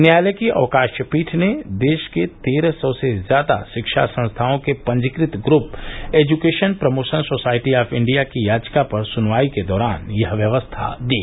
न्यायालय की अवकाश पीठ की देश तेरह सौ से ज्यादा शिक्षा संस्थाओं के पंजीकृत group education promotion society of India की याचिका पर सुनवाई के दौरान यह व्यवस्था दी